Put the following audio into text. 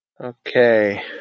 Okay